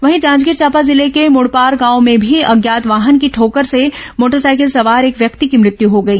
वहीं जांजगीर चांपा जिले के मुड़पार गांव में भी अज्ञात वाहन की ठोकर से मोटरसाइकिल सवार एक व्यक्ति की मृत्यु हो गई